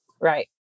Right